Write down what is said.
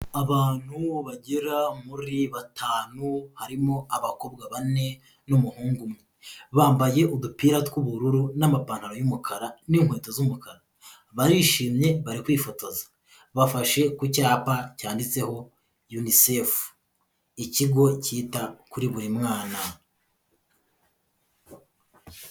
Abantu bagera muri batanu, harimo abakobwa bane n'umuhungu umwe, bambaye udupira tw'ubururu n'amapantaro y'umukara n'inkweto z'umukara, barishimye bari kwifotoza, bafashe ku cyapa cyanditseho Unicef, ikigo cyita kuri buri mwana.